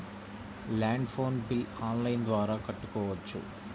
Land phone bill online ద్వారా కట్టుకోవచ్చు?